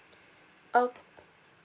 ah